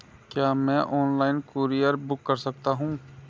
क्या मैं online courier book कर सकता हूँ?